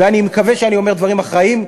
אני מקווה שאני אומר דברים אחראיים,